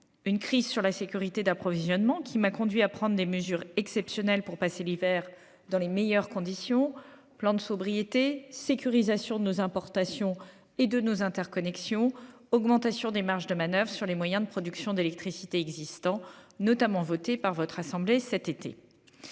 Cette crise sur la sécurité d'approvisionnement m'a conduite à prendre des mesures exceptionnelles pour passer l'hiver dans les meilleures conditions- plan de sobriété, sécurisation de nos importations et de nos interconnexions et augmentation des marges de manoeuvre sur les moyens de production d'électricité existants -notamment votées par votre assemblée cet été.